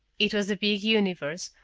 it was a big universe,